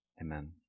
amen